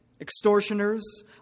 extortioners